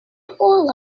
all